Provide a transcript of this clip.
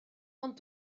ond